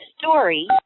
story